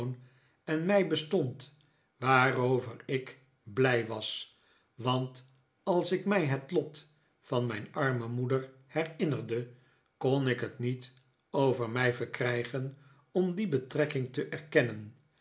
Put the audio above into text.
en mij bestond waarover ik blij was want als ik mij het lot van mijn arme moeder herinnerde kon ik het niet over mij verkrijgen om die betrekking te erkennen